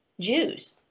Jews